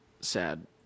sad